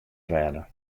rêde